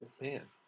man